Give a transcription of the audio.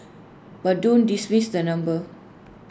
but don't dismiss the number